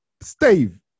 Steve